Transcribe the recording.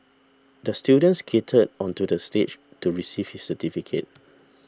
the student skated onto the stage to receive his certificate